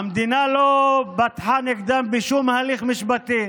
המדינה לא פתחה נגדם בשום הליך משפטי.